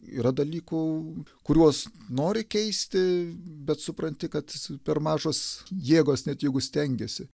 yra dalykų kuriuos nori keisti bet supranti kad per mažos jėgos net jeigu stengiesi